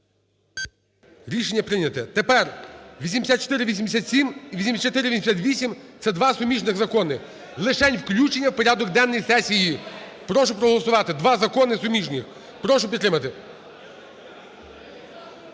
Рішення прийняте. Тепер 8487 і 8488, це два суміжних закони. Лишень включення в порядок денний сесії. Прошу проголосувати два закони суміжні, прошу підтримати.